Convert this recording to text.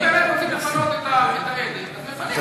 אם באמת רוצים לפנות את העדר אז מפנים את כל העדר.